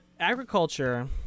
Agriculture